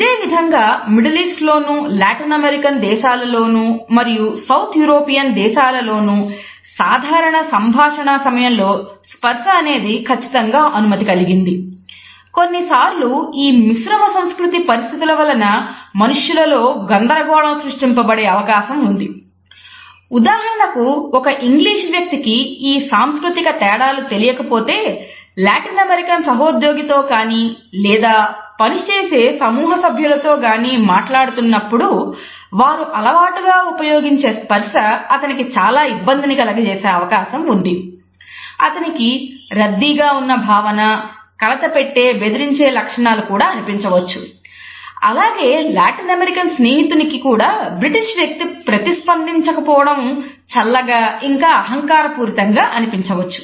ఇదేవిధంగా Middle East వ్యక్తి ప్రతి స్పందించకపోవడం చల్లగా ఇంకా అహంకారపూరితంగా అనిపించవచ్చు